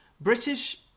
British